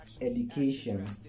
education